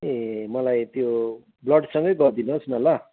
ए मलाई त्यो ब्लडसँग गरिदिनुहोस् न ल